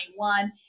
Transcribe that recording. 2021